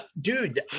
dude